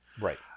Right